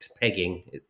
pegging